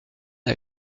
n’a